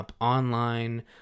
online